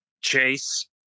chase